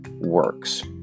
works